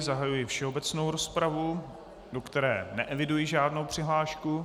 Zahajuji všeobecnou rozpravu, do které neeviduji žádnou přihlášku.